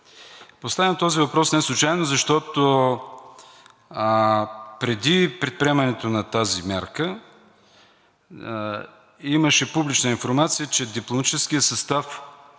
Поставям този въпрос неслучайно, защото преди предприемането на тази мярка имаше публична информация, че дипломатическият състав